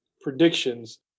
predictions